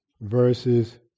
Verses